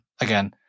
again